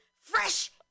fresh